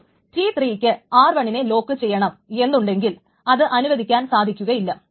അപ്പോൾ T 3 ക്ക് R1 നെ ലോക്കുചെയ്യണം എന്നുണ്ടെങ്കിൽ അത് അനുവദിക്കുവാൻ സാധിക്കുകയില്ല